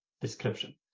description